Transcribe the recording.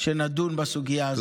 שנדון בסוגיה הזו.